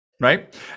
right